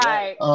Right